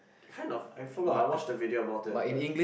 kind of I forgot I watched a video about it but